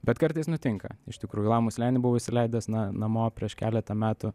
bet kartais nutinka iš tikrųjų lamų slėnį buvo įsileidęs na namo prieš keletą metų